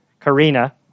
Karina